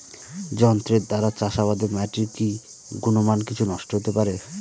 যন্ত্রের দ্বারা চাষাবাদে মাটির কি গুণমান কিছু নষ্ট হতে পারে?